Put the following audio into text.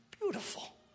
beautiful